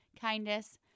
kindness